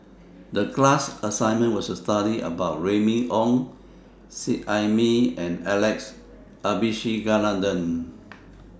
The class assignment was to study about Remy Ong Seet Ai Mee and Alex Abisheganaden